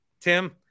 Tim